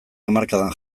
hamarkadan